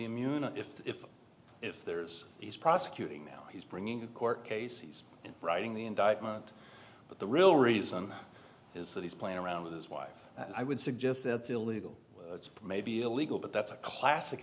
immunity if if if there's he's prosecuting now he's bringing a court case he's writing the indictment but the real reason is that he's playing around with his wife and i would suggest that's illegal may be illegal but that's a classic